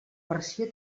versió